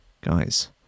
Guys